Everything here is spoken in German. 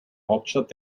hauptstadt